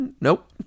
Nope